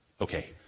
Okay